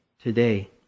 today